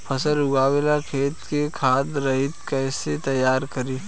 फसल उगवे ला खेत के खाद रहित कैसे तैयार करी?